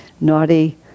naughty